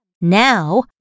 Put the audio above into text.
Now